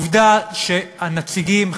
העובדה שהנציגים,